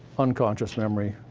unconscious memory.